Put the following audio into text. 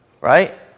right